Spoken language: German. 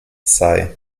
sei